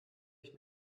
ich